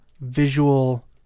visual